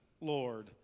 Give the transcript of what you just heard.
Lord